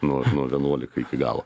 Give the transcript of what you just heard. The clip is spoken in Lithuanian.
nu vienuolikai gal